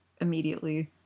immediately